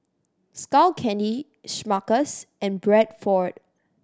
Skull Candy Smuckers and Bradford